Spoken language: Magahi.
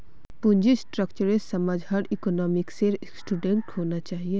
पूंजी स्ट्रक्चरेर समझ हर इकोनॉमिक्सेर स्टूडेंटक होना चाहिए